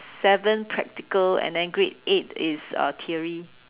seven practical and then grade eight is uh theory